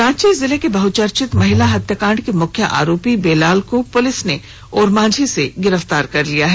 रांची जिले के बहुचर्चित महिला हत्याकांड के मुख्य आरोपी बेलाल को पुलिस ने ओरमांझी से गिरफ्तार कर लिया है